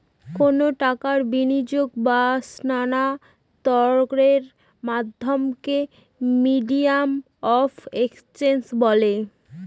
কোনো টাকার বিনিয়োগ বা স্থানান্তরের মাধ্যমকে মিডিয়াম অফ এক্সচেঞ্জ বলে